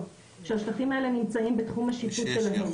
שהשטחים האלה נמצאים בתוך תחום השיפוט שלהן,